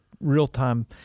real-time